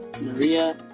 Maria